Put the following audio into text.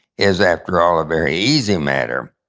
is after all a very easy matter.